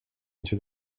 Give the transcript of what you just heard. into